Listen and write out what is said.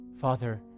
Father